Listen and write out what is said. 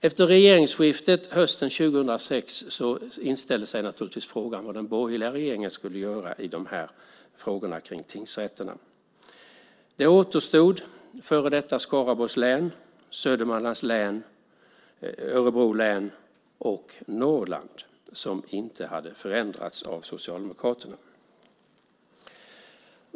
Efter regeringsskiftet år 2006 inställde sig naturligtvis frågan vad den borgerliga regeringen skulle göra i frågorna om tingsrätterna. Det återstod före detta Skaraborgs län, Södermanlands län, Örebro län och Norrland som inte hade förändrats av Socialdemokraterna.